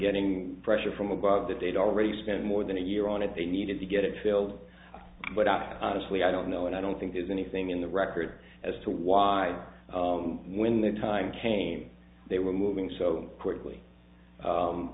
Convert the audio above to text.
getting pressure from above that they'd already spent more than a year on it they needed to get it filled but i honestly i don't know and i don't think there's anything in the record as to why when the time came they were moving so quickly